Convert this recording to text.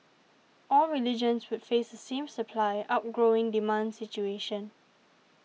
all regions would face the same supply outgrowing demand situation